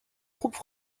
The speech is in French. troupes